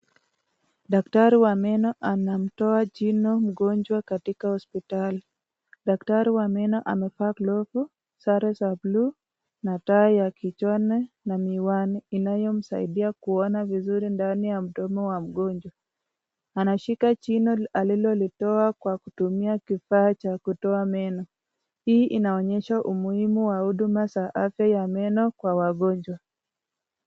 Daktari wa meno anamtoa jino mgonjwa katika hospitali. Daktari wa meno amevaa glovu, sare za bluu na taa ya kichwani na miwani inayomsaidia kuona vizuri ndani ya mdomo wa mgonjwa. Anashika jino alilolipewa kwa kutumia kifaa cha kutoa meno. Hii inaonyesha umuhimu wa huduma za afya ya meno kwa wagonjwa.